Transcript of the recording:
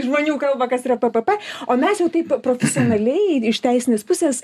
žmonių kalba kas yra ppp o mes jau taip profesionaliai iš teisinės pusės